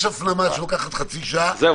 יש הפנמה שלוקחת חצי שעה ויש שעה,